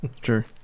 Sure